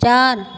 चार